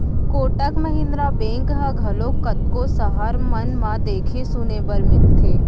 Kotak Mahindra bank ह घलोक कतको सहर मन म देखे सुने बर मिलथे